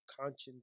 conscience